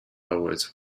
poets